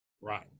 Right